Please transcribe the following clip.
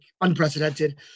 unprecedented